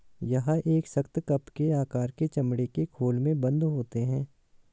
यह एक सख्त, कप के आकार के चमड़े के खोल में बन्द होते हैं